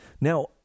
Now